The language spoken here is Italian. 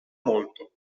molto